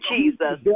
Jesus